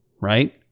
right